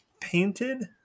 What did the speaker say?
painted